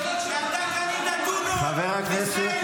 סע --- כשאתה קנית טונות ב-sale,